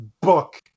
book